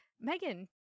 Megan